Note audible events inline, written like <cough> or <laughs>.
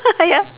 <laughs> ya